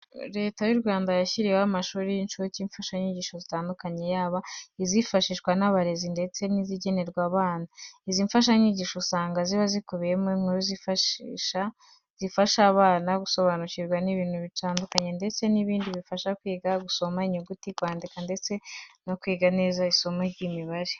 Leta y'u Rwanda yashyiriyeho amashuri y'incuke imfashanyigisho zitandukanye, yaba izifashishwa n'abarezi ndeste n'izigenewe aba bana. Izi mfashanyigisho usanga ziba zikubiyemo inkuru zifasha aba bana gusobanukirwa n'ibintu byinshi ndetse n'ibindi bibafasha kwiga gusoma inyuguti, kwandika ndetse no kwiga neza isomo ry'Imibare.